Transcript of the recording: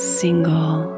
single